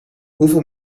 hoeveel